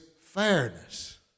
fairness